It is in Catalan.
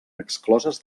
excloses